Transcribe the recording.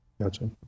Gotcha